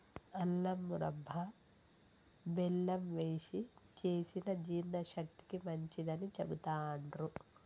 అల్లం మురబ్భ బెల్లం వేశి చేసిన జీర్ణశక్తికి మంచిదని చెబుతాండ్రు